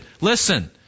listen